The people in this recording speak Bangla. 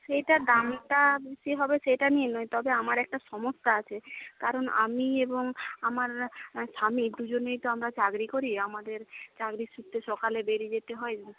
সেটা দামটা বেশি হবে সেটা নিয়ে নয় তবে আমার একটা সমস্যা আছে কারণ আমি এবং আমার স্বামী দুজনেই তো আমরা চাকরি করি আমাদের চাকরির সূত্রে সকালে বেরিয়ে যেতে হয়